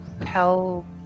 tell